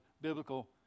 biblical